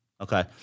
Okay